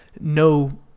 no